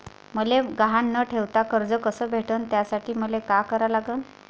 मले गहान न ठेवता कर्ज कस भेटन त्यासाठी मले का करा लागन?